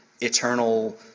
eternal